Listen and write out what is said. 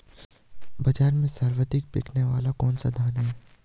बाज़ार में सर्वाधिक बिकने वाला कौनसा धान है?